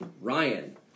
Ryan